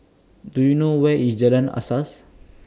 Do YOU know Where IS Jalan Asas